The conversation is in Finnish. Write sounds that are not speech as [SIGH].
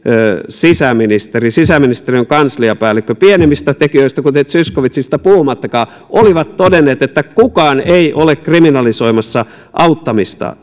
sisäministeri sisäministeriön kansliapäällikkö pienemmistä tekijöistä kuten zyskowiczista puhumattakaan olivat todenneet että kukaan ei ole kriminalisoimassa auttamista [UNINTELLIGIBLE]